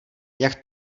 jak